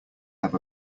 have